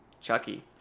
chucky